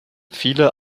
viele